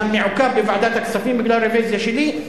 מעוכב בוועדת הכספים בגלל רוויזיה שלי,